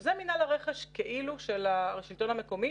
וזה מינהל הרכש כאילו של השלטון המקומי.